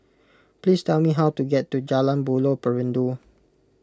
please tell me how to get to Jalan Buloh Perindu